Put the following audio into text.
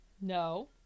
No